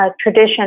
tradition